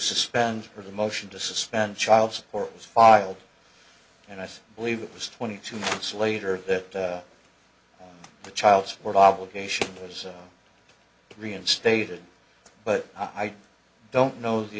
suspend the motion to suspend child support was filed and i believe it was twenty two months later that the child support obligation was reinstated but i don't know the